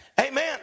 Amen